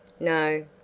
no,